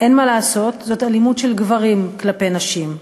אין מה לעשות, זאת אלימות של גברים כלפי נשים.